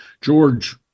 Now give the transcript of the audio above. George